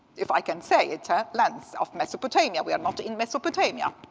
if i can say it, ah lens of mesopotamia. we are not in mesopotamia.